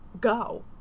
go